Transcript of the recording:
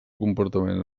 comportament